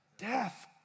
Death